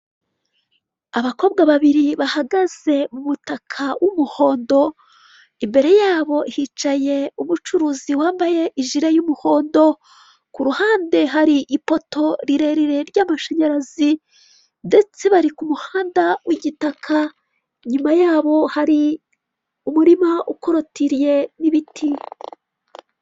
Abakobwa babiri bahagaze mu mutaka w'umuhondo, imbere yabo hicaye umucuruzi wambaye ijire y'umuhondo. Ku ruhande hari ipoto rirerire ry'amashanyarazi, ndetse bari ku muhanda w'igitaka. Nyuma yabo hari umurima ukorotiriye n'ibiti.